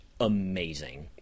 amazing